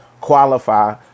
qualify